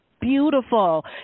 beautiful